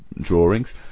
drawings